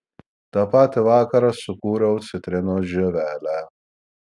tą patį vakarą sukūriau citrinos žievelę